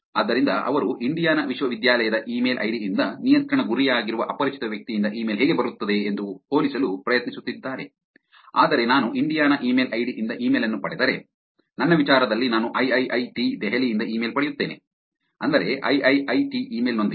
ಆದ್ದರಿಂದ ಅವರು ಇಂಡಿಯಾನಾ ವಿಶ್ವವಿದ್ಯಾಲಯದ ಇಮೇಲ್ ಐಡಿ ಯಿಂದ ನಿಯಂತ್ರಣ ಗುರಿಯಾಗಿರುವ ಅಪರಿಚಿತ ವ್ಯಕ್ತಿಯಿಂದ ಇಮೇಲ್ ಹೇಗೆ ಬರುತ್ತದೆ ಎಂದು ಹೋಲಿಸಲು ಪ್ರಯತ್ನಿಸುತ್ತಿದ್ದಾರೆ ಆದರೆ ನಾನು ಇಂಡಿಯಾನಾ ಇಮೇಲ್ ಐಡಿ ಯಿಂದ ಇಮೇಲ್ ಅನ್ನು ಪಡೆದರೆ ನನ್ನ ವಿಚಾರದಲ್ಲಿ ನಾನು ಐಐಐಟಿ ದೆಹಲಿ ಯಿಂದ ಇಮೇಲ್ ಪಡೆಯುತ್ತೇನೆ ಅಂದರೆಐಐಐಟಿ ಇಮೇಲ್ ನೊಂದಿಗೆ